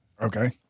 Okay